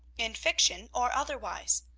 in fiction or otherwise.